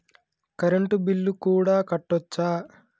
Current bill కూడా కట్టొచ్చా?